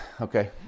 Okay